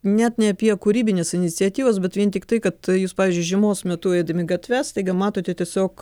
net ne apie kūrybines iniciatyvas bet vien tiktai kad jūs pavyzdžiui žiemos metu eidami gatve staiga matote tiesiog